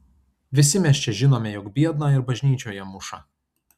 visi mes čia žinome jog biedną ir bažnyčioje muša